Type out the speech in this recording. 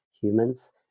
humans